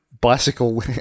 bicycle